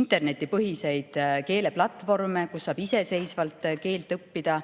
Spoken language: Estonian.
internetipõhiseid keeleplatvorme, kus saab iseseisvalt keelt õppida.